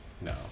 No